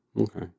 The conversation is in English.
Okay